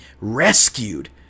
rescued